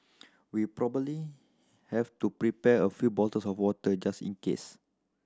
we probably have to prepare a few bottles of water just in case